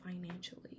financially